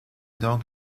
donc